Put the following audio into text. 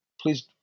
please